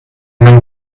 may